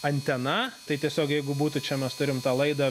antena tai tiesiog jeigu būtų čia mes turim tą laidą